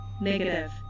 Negative